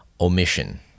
omission